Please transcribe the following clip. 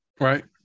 Right